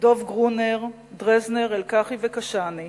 דב גרונר, דרזנר, אלקחי וקשאני.